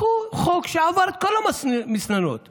קחו חוק שעבר את כל המסננות ב-2014,